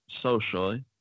socially